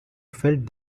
felt